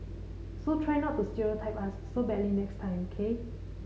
so try not to stereotype us so badly next time K